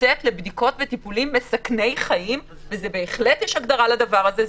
לבדיקות וטיפולים מסכני חיים ובהחלט יש הגדרה לדבר הזה.